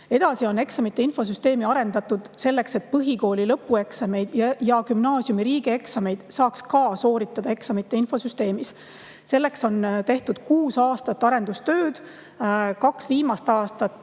Edasi on eksamite infosüsteemi arendatud selleks, et põhikooli lõpueksameid ja gümnaasiumi riigieksameid saaks ka sooritada eksamite infosüsteemis. Selleks on tehtud kuus aastat arendustööd. Kaks viimast aastat